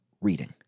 reading